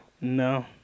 No